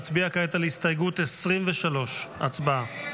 נצביע כעת על הסתייגות 23. הצבעה.